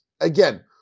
Again